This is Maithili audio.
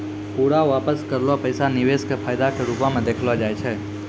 पूरा वापस करलो पैसा निवेश के फायदा के रुपो मे देखलो जाय छै